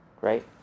right